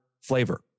flavor